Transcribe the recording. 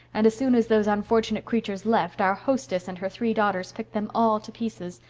and as soon as those unfortunate creatures left, our hostess and her three daughters picked them all to pieces.